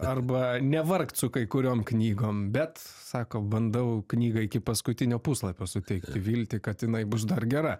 arba nevargt su kai kuriom knygom bet sako bandau knygą iki paskutinio puslapio suteikti viltį kad jinai bus dar gera